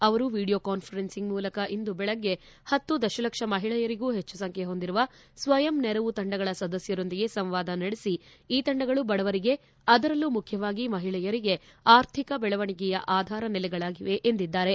ಅವರು video conferencing ಮೂಲಕ ಇಂದು ಬೆಳಗ್ಗೆ ಪತ್ತು ದಶಲಕ್ಷ ಮಹಿಳೆಯರಿಗೂ ಹೆಚ್ಚು ಸಂಖ್ಯೆ ಪೊಂದಿರುವ ಸ್ವಯಂ ನೆರವು ತಂಡಗಳ ಸದಸ್ಯರೊಂದಿಗೆ ಸಂವಾದ ನಡೆಸಿ ಈ ತಂಡಗಳು ಬಡವರಿಗೆ ಆದರಲ್ಲೂ ಮುಖ್ಯವಾಗಿ ಮಹಿಳೆಯರಿಗೆ ಆರ್ಥಿಕ ಬೆಳವಣಿಗೆಯ ಆಧಾರ ನೆಲೆಗಳಾಗಿವೆ ಎಂದಿದ್ದಾರೆ